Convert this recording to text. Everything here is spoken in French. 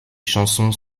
chansons